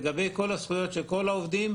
לגבי כל הזכויות של כל העובדים,